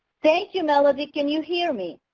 thank you melody. can you hear me?